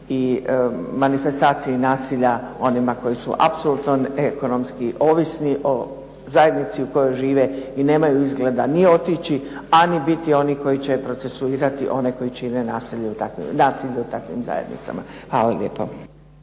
i manifestaciji nasilja onima koji su apsolutno ekonomski ovisni o zajednici u kojoj žive i nemaju izgleda ni otići, a ni biti oni koji će procesuirati one koji čine nasilje u takvim zajednicama. Hvala lijepo.